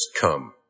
Come